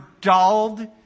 dulled